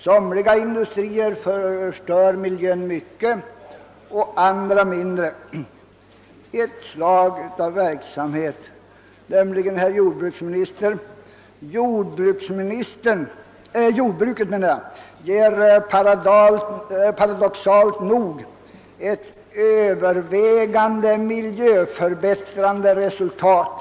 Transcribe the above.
Somliga industrier förstör miljön mycket och andra mindre. Ett slag av verksamhet, herr jordbruksminister, nämligen jordbruket, ger paradoxalt nog ett övervägande miljöförbättrande resultat.